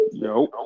yo